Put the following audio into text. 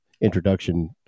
introduction